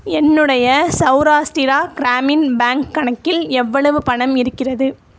என்னுடைய சௌராஷ்டிரா கிராமின் பேங்க் கணக்கில் எவ்வளவு பணம் இருக்கிறது